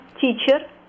teacher